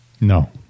No